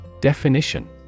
Definition